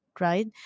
right